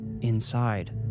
Inside